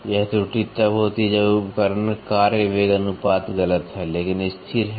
यह त्रुटि तब होती है जब उपकरण कार्य वेग अनुपात गलत है लेकिन स्थिर है